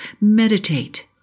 meditate